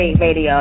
radio